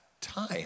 time